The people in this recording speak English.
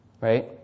right